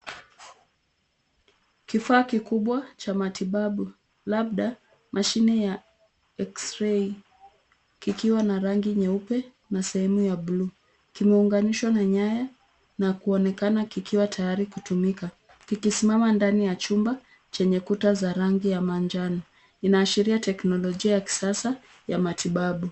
Kifaa kikubwa cha matibabu, labda mashine ya x-ray kikiwa na rangi nyeupe na sehemu ya buluu. Kimeunganishwa na nyaya na kuonekana kikiwa tayari kutumika kikisimama ndani ya chumba chenye kuta za rangi ya manjano. Inaashiria teknolijia ya kisasa ya matibabu.